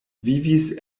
vivis